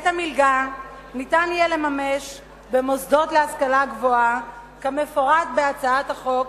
את המלגה ניתן יהיה לממש במוסדות להשכלה גבוהה כמפורט בהצעת החוק